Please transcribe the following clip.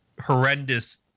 horrendous